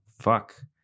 fuck